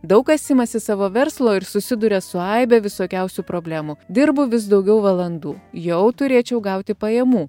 daug kas imasi savo verslo ir susiduria su aibe visokiausių problemų dirbu vis daugiau valandų jau turėčiau gauti pajamų